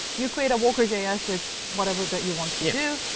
you create a worker js with whatever that you want to do.